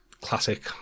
classic